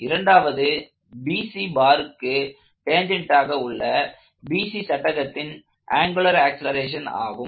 இரண்டாவது BC பாருக்கு டேன்ஜெண்ட்டாக உள்ள BC சட்டகத்தின் ஆங்குலார் ஆக்ஸலரேஷன் ஆகும்